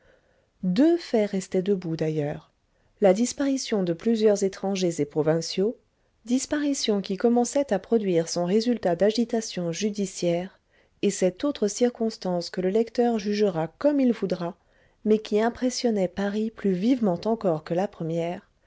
deux faits restaient debout d'ailleurs la disparition de plusieurs étrangers et provinciaux disparition qui commençait à produire son résultat d'agitation judiciaire et cette autre circonstance que le lecteur jugera comme il voudra mais qui impressionnait paris plus vivement encore que la première